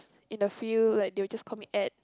in the field like they will just call me Ad